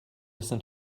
listen